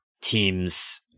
teams